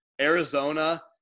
Arizona –